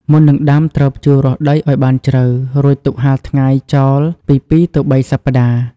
មុននឹងដាំ ត្រូវភ្ជួររាស់ដីឲ្យបានជ្រៅ រួចទុកហាលថ្ងៃចោលពី ២ ទៅ ៣ សប្ដាហ៍។